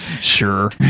sure